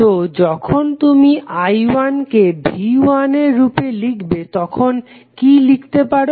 তো যখন তুমি I1 কে V1 এর রূপে লিখবে তখন কি লিখতে পারো